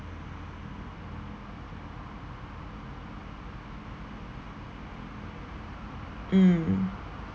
mm